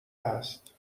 هست